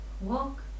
walk